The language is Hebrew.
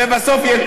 שיש שם.